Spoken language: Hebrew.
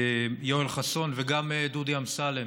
יואל חסון וגם דודי אמסלם,